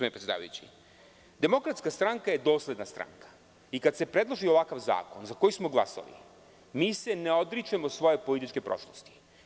Demokratska stranka je dosledna stranka i kada se predloži ovakav zakon za koji smo glasali, mi se ne odričemo svoje političke prošlosti.